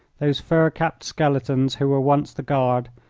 those fur-capped skeletons who were once the guard,